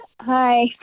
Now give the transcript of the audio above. Hi